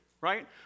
right